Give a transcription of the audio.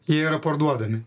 jie yra parduodami